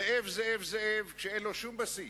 זאב, זאב, זאב, כשאין שום בסיס,